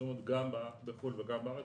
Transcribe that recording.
שרשומות גם בחו"ל וגם בארץ,